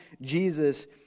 Jesus